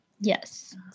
Yes